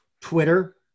Twitter